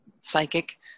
psychic